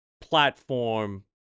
platform